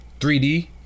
3D